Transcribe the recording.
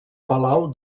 palau